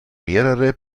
mehrere